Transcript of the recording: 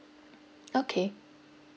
okay